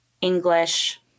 English